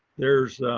there's,